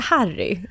Harry